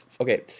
Okay